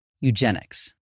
eugenics